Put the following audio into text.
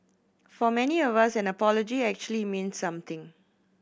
for many of us an apology actually means something